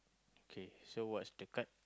kay so what's the card